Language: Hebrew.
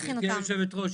גברתי יושבת הראש,